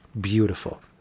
beautiful